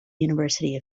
university